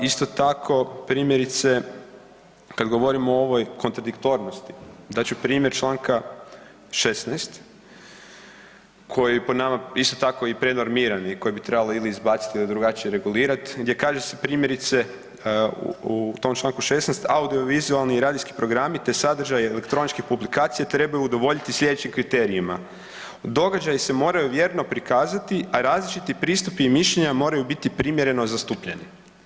Isto tako primjerice kad govorimo o ovoj kontradiktornosti dat ću primjer Članka 16. koji je po nama isto tako i prenormiran i koji bi trebalo ili izbaciti ili drugačije regulirati gdje kaže se primjerice u tom Članku 16. audiovizualni i radijski programi te sadržaji i elektroničke publikacije trebaju udovoljiti slijedećim kriterijima, događaji se moraju vjerno prikazati, a različiti pristupi i mišljenja moraju biti primjereno zastupljeni.